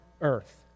earth